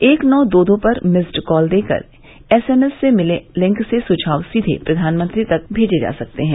एक नौ दो दो पर मिस्ड कॉल देकर एसएमएस से मिले लिंक से सुझाव सीधे प्रधानमंत्री तक भेजे जा सकते हैं